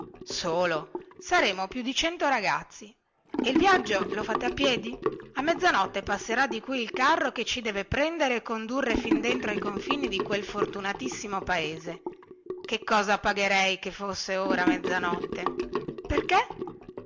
solo saremo più di cento ragazzi e il viaggio lo fate a piedi a mezzanotte passerà di qui il carro che ci deve prendere e condurre fin dentro ai confini di quel fortunatissimo paese che cosa pagherei che ora fosse mezzanotte perché